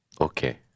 Okay